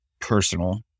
personal